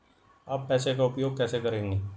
आप पैसे का उपयोग कैसे करेंगे?